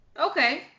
Okay